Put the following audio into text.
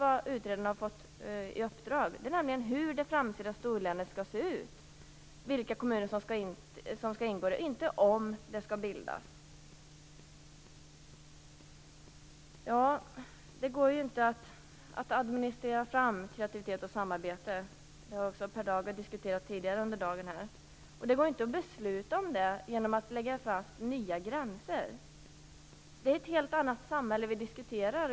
Man behöver inte diskutera huruvida det var bra eller dåligt, för utredaren har gjort vad utredaren fått i uppdrag. Det går inte att administrera fram kreativitet och samarbete. Det har också Per Lager diskuterat tidigare under dagen. Det går inte att besluta om det genom att lägga fast nya gränser. Det är ett helt annat samhälle vi diskuterar.